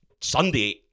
Sunday